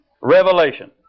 revelation